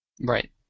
Right